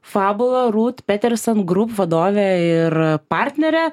fabula rut petersen group vadove ir partnere